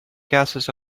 gases